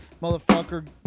motherfucker